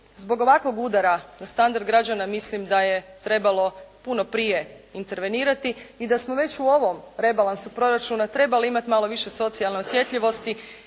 zbog ovakvog udara na standard građana mislim da je trebalo puno prije intervenirati i da smo već u ovom rebalansu proračuna trebali imati malo više socijalne osjetljivosti